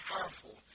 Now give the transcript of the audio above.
powerful